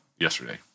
yesterday